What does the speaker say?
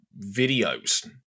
videos